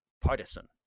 partisan